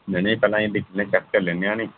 नेई नेई पैह्लां इयां दिक्खी लैन्न्ने चैक करी लैने आं नी